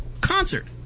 concert